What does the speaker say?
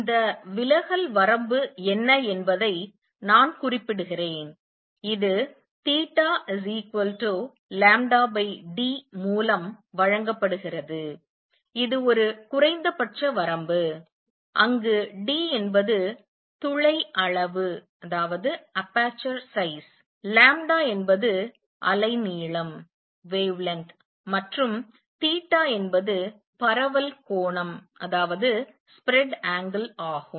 இந்த விலகல் வரம்பு என்ன என்பதை நான் குறிப்பிடுகிறேன் இது θλd மூலம் வழங்கப்படுகிறது இது ஒரு குறைந்தபட்ச வரம்பு அங்கு d என்பது துளை அளவு என்பது அலைநீளம் மற்றும் என்பது பரவல் கோணம் ஆகும்